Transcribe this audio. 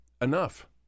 Enough